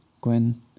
Gwen